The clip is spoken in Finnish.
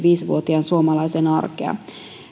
vuotiaan suomalaisen arkea